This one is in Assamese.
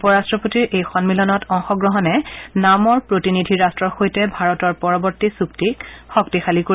উপ ৰাট্টপতিৰ এই সম্মিলনত অংশগ্ৰহণে নামৰ প্ৰতিনিধি ৰাট্টৰ সৈতে ভাৰতৰ পৰৱৰ্তী চুক্তিক শক্তিশালী কৰিব